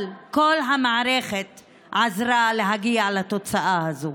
אבל כל המערכת עזרה להגיע לתוצאה הזו.